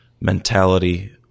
mentality